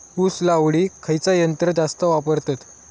ऊस लावडीक खयचा यंत्र जास्त वापरतत?